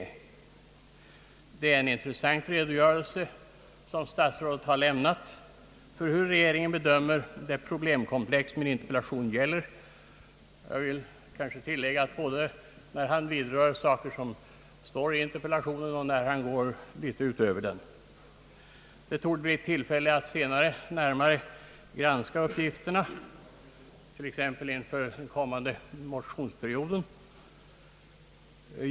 Vi har fått en intressant redogörelse för hur regeringen bedömer det problemkomplex som min interpellation gäller — jag vill kanske tillägga: både när statsrådet vidrör saker som står i interpellationen och när han går litet utöver den. Det torde bli tillfälle att senare granska uppgifterna mer ingående, t.ex. inför den kommande motionsperioden.